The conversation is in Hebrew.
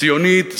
ציונית,